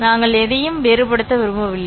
நாங்கள் எதையும் வேறுபடுத்த விரும்பவில்லை